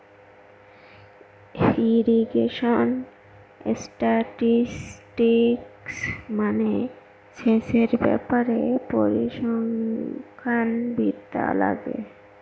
irrigation statistics মানে সেচের ব্যাপারে পরিসংখ্যান বিদ্যা লাগে